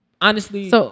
honestly-